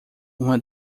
uma